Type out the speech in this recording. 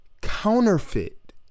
counterfeit